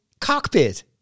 cockpit